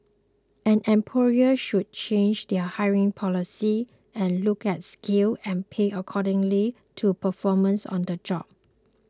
and employers should change their hiring policies and look at skills and pay accordingly to performance on the job